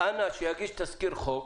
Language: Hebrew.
אנא שיגיש תזכיר חוק